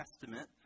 Testament